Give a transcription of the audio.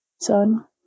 Son